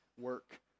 work